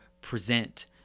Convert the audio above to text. present